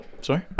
sorry